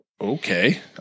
okay